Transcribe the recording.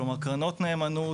כגון קרנות נאמנות,